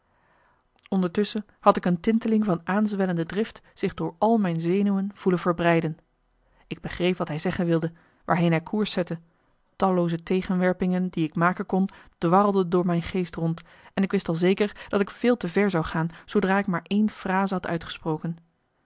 ondertusschen had ik een tinteling van aanzwellende drift zich door al mijn zenuwen voelen verbreiden marcellus emants een nagelaten bekentenis ik begreep wat hij zeggen wilde waarheen hij koers zette tallooze tegenwerpingen die ik maken kon dwarrelden door mijn geest rond en ik wist al zeker dat ik veel te ver zou gaan zoodra ik maar één frase had uitgesproken